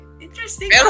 Interesting